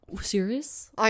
Serious